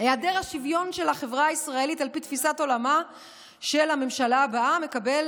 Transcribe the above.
היעדר השוויון בחברה הישראלית על פי תפיסת עולמה של הממשלה הבאה מקבל